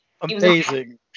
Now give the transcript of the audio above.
Amazing